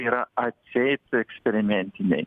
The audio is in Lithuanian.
yra atseit eksperimentiniai